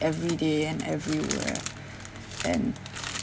every day and everywhere and